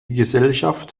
gesellschaft